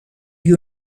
you